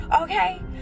Okay